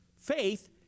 faith